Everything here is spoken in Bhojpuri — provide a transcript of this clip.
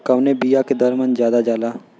कवने बिया के दर मन ज्यादा जाला?